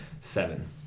seven